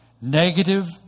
Negative